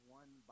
one